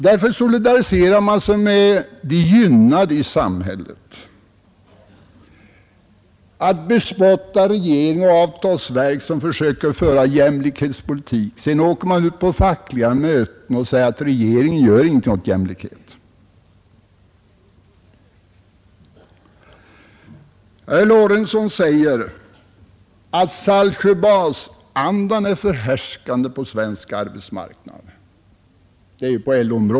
Därför solidariserar de sig med de gynnade i samhället för att bespotta regeringen och avtalsverket, som försöker föra jämlikhetspolitik. Sedan åker man ut på fackliga möten och påstår att regeringen inte gör någonting för jämlikheten. Herr Lorentzon säger att Saltsjöbadsandan är förhärskande på den svenska arbetsmarknaden.